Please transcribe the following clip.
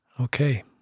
Okay